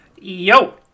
yo